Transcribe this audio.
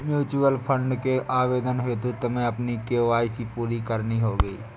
mutual fund के आवेदन हेतु तुम्हें अपनी के.वाई.सी पूरी करनी होगी